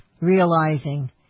realizing